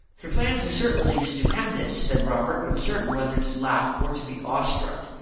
your plans are certainly stupendous, said robert, uncertain whether to laugh or to be awe-struck.